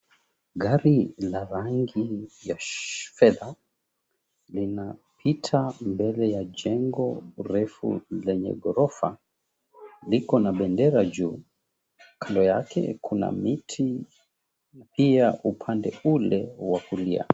Gari la rangi ya fedha, linapita mbele ya jengo refu zenye ghorofa. Liko na bendera juu, kando yake kuna miti pia upande ule wa kulia.